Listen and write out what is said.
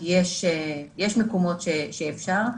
כי יש מקומות שאפשר.